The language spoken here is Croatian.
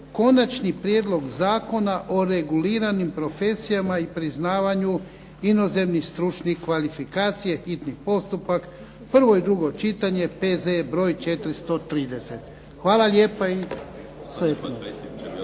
Konačni prijedlog Zakona o reguliranim profesijama i priznavanju inozemnih stručnih kvalifikacija, hitni postupak, prvo i drugo čitanje, P.Z.E. broj 430. Hvala lijepa i sretno.